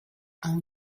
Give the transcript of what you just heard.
own